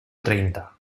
treinta